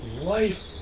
life